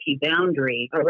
boundary